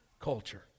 culture